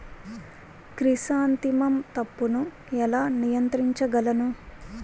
Chrysanthemum తప్పును ఎలా నియంత్రించగలను?